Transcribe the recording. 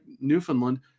Newfoundland